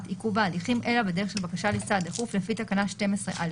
עיכוב ההליכים אלא בדרך של בקשה לסעד דחוף לפי תקנה 12(א)(3)".